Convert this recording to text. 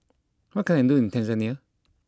what can I do in Tanzania